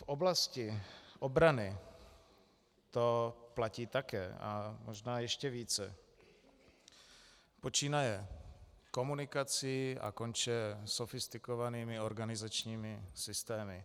V oblasti obrany to platí také a možná ještě více, počínaje komunikací a konče sofistikovanými organizačními systémy.